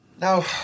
Now